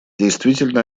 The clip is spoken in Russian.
действительно